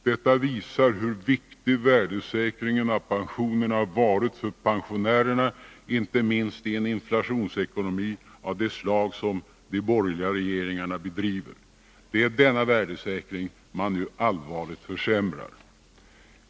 Detta visar hur viktig värdesäkringen av pensionerna varit för pensionärerna, inte minst i en inflationsekonomi av det slag som de borgerliga regeringarna bedriver. Det är denna värdesäkring man nu allvarligt försämrar.